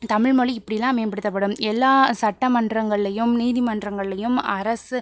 தமிழ்மொழி இப்படிலாம் மேம்படுத்தப்படும் எல்லா சட்டமன்றங்களையும் நீதிமன்றங்களையும் அரசு